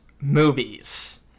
movies